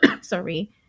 sorry